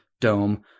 dome